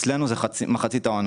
אצלנו זה מחצית העונה.